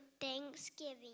thanksgiving